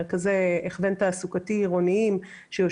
יש לנו תכניות ייעודיות